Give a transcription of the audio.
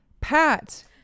Pat